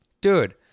Dude